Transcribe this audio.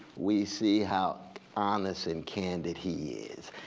we see how honest and candid he is.